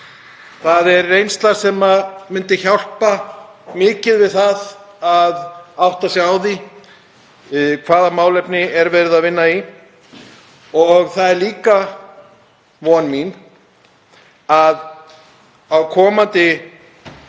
Það er reynsla sem myndi hjálpa mikið við það að átta sig á því hvaða málefnum er verið að vinna í. Það er líka von mín að á komandi